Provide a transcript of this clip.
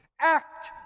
Act